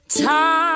time